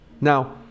Now